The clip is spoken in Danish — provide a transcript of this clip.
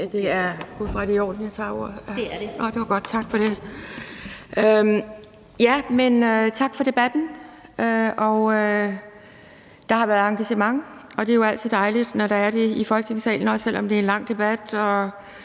(Den fg. formand (Annette Lind): Det er det). Det var godt. Tak for det. Tak for debatten. Der har været engagement, og det er jo altid dejligt, når der er det i Folketingssalen, også selv om det er en lang debat